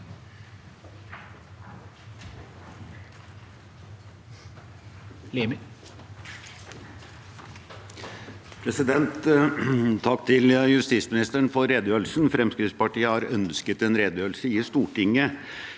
Takk til justis- ministeren for redegjørelsen. Fremskrittspartiet har ønsket en redegjørelse i Stortinget